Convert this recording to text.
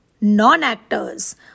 non-actors